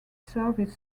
service